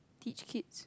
teach kids